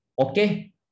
okay